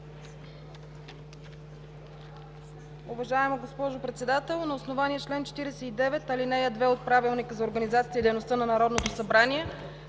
Уважаема госпожо Председател, на основание чл. 49, ал. 2 от Правилника за организацията и дейността на Народното събрание,